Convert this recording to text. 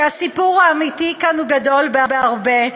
שהסיפור האמיתי כאן הוא גדול בהרבה,